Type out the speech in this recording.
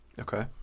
Okay